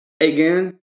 again